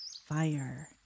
fire